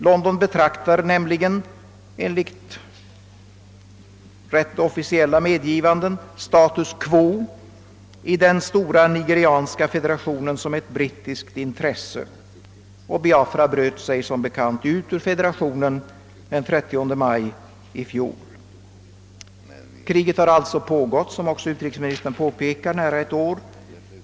London betraktar nämligen enligt ett rätt officiellt meddelande status quo i den stora nigerianska federationen som ett brittiskt intresse, och Biafra bröt sig som bekant ut ur federationen den 30 maj i fjol. Kriget har alltså pågått — som utrikesministern också påpekade — i nära ett år.